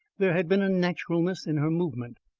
there had been a naturalness in her movement,